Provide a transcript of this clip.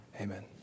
amen